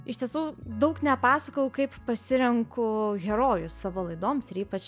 iš tiesų daug nepasakojau kaip pasirenku herojus savo laidoms ir ypač